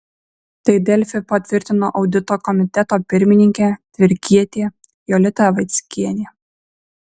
tai delfi patvirtino audito komiteto pirmininkė tvarkietė jolita vaickienė